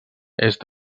est